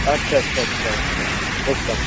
আচ্ছা আচ্ছা আচ্ছা আচ্ছা বুঝলাম